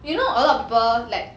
you know a lot of people like